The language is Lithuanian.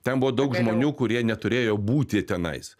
ten buvo daug žmonių kurie neturėjo būti tenais